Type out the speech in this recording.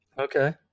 Okay